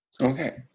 Okay